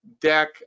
deck